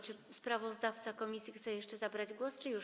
Czy sprawozdawca komisji chce jeszcze zabrać głos, czy już nie?